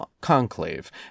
conclave